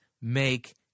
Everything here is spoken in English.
make